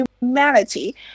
humanity